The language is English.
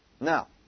Now